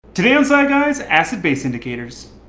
today on sci guys acid-base indicators